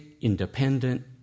independent